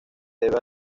debe